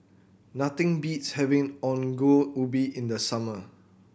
nothing beats having Ongol Ubi in the summer